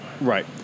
Right